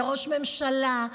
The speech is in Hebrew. לראש ממשלה,